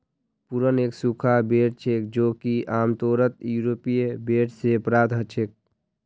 prune एक सूखा बेर छेक जो कि आमतौरत यूरोपीय बेर से प्राप्त हछेक